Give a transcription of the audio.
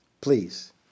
please